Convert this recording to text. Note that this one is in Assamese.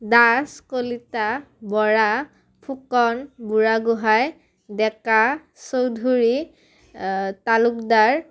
দাস কলিতা বৰা ফুকন বুঢ়াগোহাঁই ডেকা চৌধুৰী তালুকদাৰ